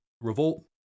revolt